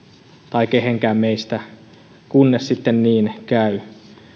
tai kehenkään meistä kunnes sitten niin käy